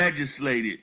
legislated